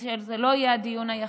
כדי שזה לא יהיה הדיון היחיד.